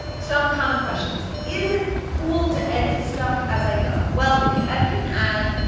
some common questions, is it cool to edit stuff as i go? well, if you edit an ad,